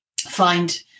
find